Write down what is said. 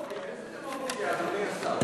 איזו דמגוגיה, אדוני השר?